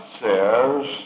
says